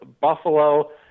Buffalo